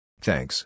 Thanks